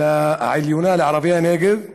העליונה לערביי הנגב,